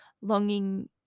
longing